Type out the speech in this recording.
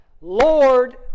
Lord